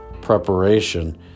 preparation